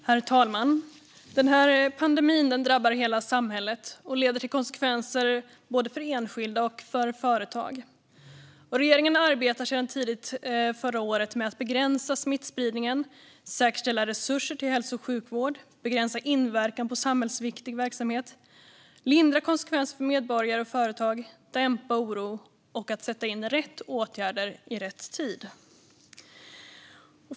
Herr talman! Den här pandemin drabbar hela samhället och leder till konsekvenser både för enskilda och för företag. Regeringen arbetar sedan tidigt förra året med att begränsa smittspridningen, säkerställa resurser till hälso och sjukvård, begränsa inverkan på samhällsviktig verksamhet, lindra konsekvenser för medborgare och företag, dämpa oro och sätta in rätt åtgärder i rätt tid.